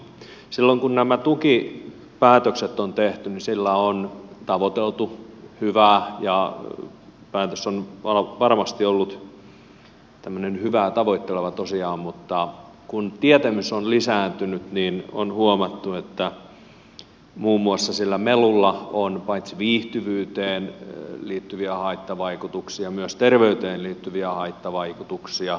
silloin kun nämä tukipäätökset on tehty sillä on tavoiteltu hyvää ja päätös on varmasti ollut tämmöinen hyvää tavoitteleva tosiaan mutta kun tietämys on lisääntynyt niin on huomattu että muun muassa sillä melulla on paitsi viihtyvyyteen liittyviä haittavaikutuksia myös terveyteen liittyviä haittavaikutuksia